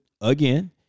again